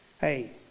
Hey